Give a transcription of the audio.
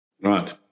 Right